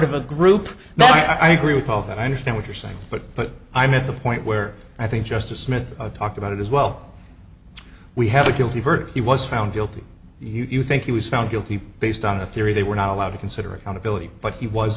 of a group now i agree with all that i understand what you're saying but but i'm at the point where i think justice smith talked about it as well we have a guilty verdict he was found guilty he you think he was found guilty based on the theory they were not allowed to consider accountability but he was